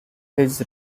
his